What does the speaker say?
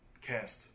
cast